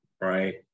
right